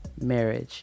marriage